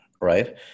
right